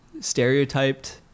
Stereotyped